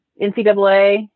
NCAA